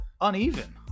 uneven